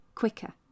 quicker